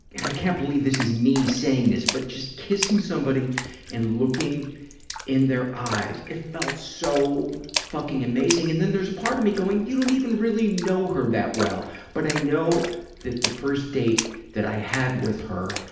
i can't believe this is me saying this, but just kissing somebody and looking in their eyes, eyes, it felt so fucking amazing. and then there's a part of me going, you don't even really know her that well. but i know that the first date that i had with her,